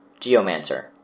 Geomancer